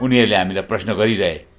उनीहरूले हामीलाई प्रश्न गरिरहे